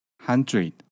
hundred